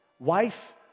Wife